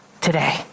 today